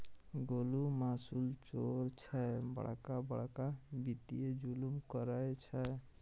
गोलु मासुल चोर छै बड़का बड़का वित्तीय जुलुम करय छै